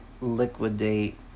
liquidate